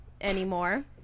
anymore